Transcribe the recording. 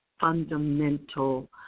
fundamental